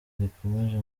rikomeje